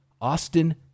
Austin